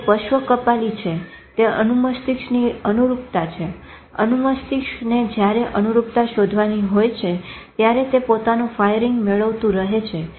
તે પશ્ચ કપાલી છે તે અનુમસ્તીષ્કની અનુરૂપતા છે અનુમસ્તિષ્કને જયારે અનુરૂપતા શોધવાની હોય છે ત્યારે તે પોતાનું ફાયરીંગ મેળવતું રહે છે